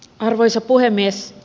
arvoisa puhemies